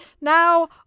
now